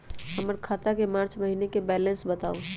हमर खाता के मार्च महीने के बैलेंस के बताऊ?